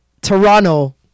Toronto